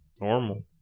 normal